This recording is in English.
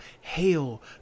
Hail